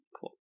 Cool